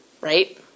Right